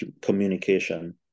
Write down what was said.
communication